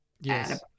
yes